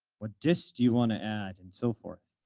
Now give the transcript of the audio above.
what disk do you want to add, and so forth.